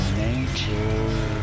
nature